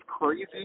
crazy